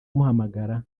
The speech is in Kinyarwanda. amuhamagara